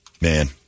Man